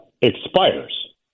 expires